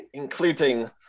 including